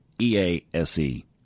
E-A-S-E